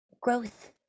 growth